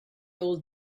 old